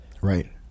right